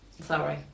Sorry